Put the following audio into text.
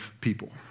people